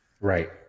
Right